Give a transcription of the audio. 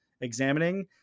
examining